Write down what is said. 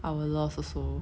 our loss also